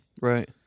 right